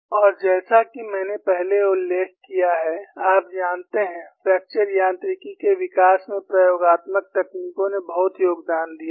और जैसा कि मैंने पहले उल्लेख किया है आप जानते हैं फ्रैक्चर यांत्रिकी के विकास में प्रयोगात्मक तकनीकों ने बहुत योगदान दिया है